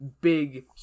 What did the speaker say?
big